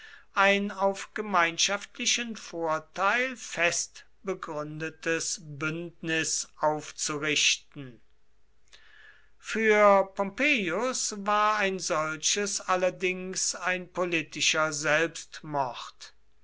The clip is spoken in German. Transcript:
ein auf gemeinschaftlichen vorteil fest begründetes bündnis aufzurichten für pompeius war ein solches allerdings ein politischer selbstmord